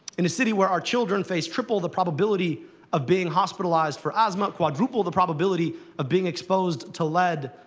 in a city where our children face triple the probability of being hospitalized for asthma, quadruple the probability of being exposed to lead,